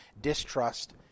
Distrust